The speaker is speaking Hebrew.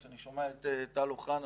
כשאני שומע את טל אוחנה,